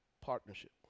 partnership